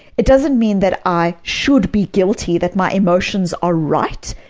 it doesn't mean that i should be guilty that my emotions are right,